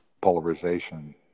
polarization